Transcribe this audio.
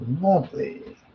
Lovely